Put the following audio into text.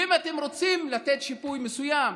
ואם אתם רוצים לתת שיפוי מסוים